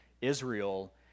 israel